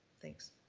thanks.